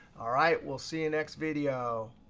all right. we'll see you next video.